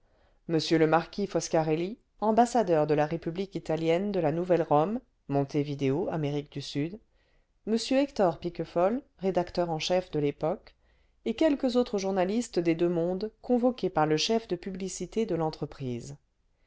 m le marquis foscarelli ambassadeur de la républiai ue italienne de la nouvelle rome montevideo amérique du sud m hector piquefol rédacteur en chef de y epoque et quelques autres journaliste des deux mondes convoqués par le chef de publicité de l'entreprise